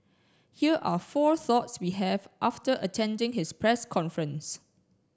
here are four thoughts we have after attending his press conference